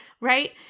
right